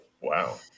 wow